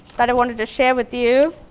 that i wanted to share with you.